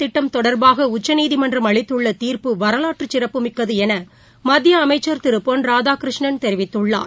திட்டம் தொடர்பாகஉச்சநீதிமன்றம் அளித்துள்ளதீர்ப்பு ஆதார் வரவாற்றுசிறப்புமிக்கதுஎனமத்தியஅம்சச் திருபொன் ராதாகிருஷ்ணன் தெரிவித்துள்ளார்